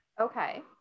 Okay